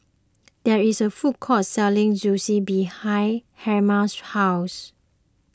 there is a food court selling Zosui behind Helma's house